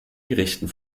gerichten